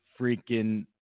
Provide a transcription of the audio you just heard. freaking